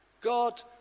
God